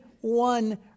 one